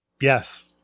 yes